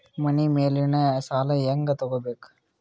ಮನಿ ಮೇಲಿನ ಸಾಲ ಹ್ಯಾಂಗ್ ತಗೋಬೇಕು?